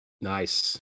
Nice